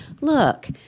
look